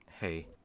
hey